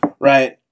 right